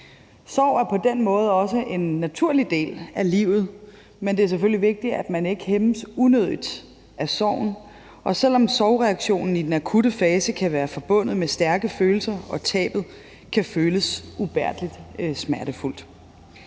Sorg er på den måde også en naturlig del af livet, men det er selvfølgelig vigtigt, at man ikke hæmmes unødigt af sorgen – selv om sorgreaktionen i den akutte fase kan være forbundet med stærke følelser og tabet kan føles ubærlig smertefuldt.